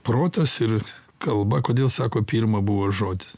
protas ir kalba kodėl sako pirma buvo žodis